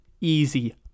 Easy